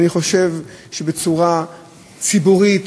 אני חושב שבצורה ציבורית,